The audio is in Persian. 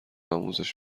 آموزش